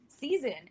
season